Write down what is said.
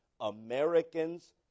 Americans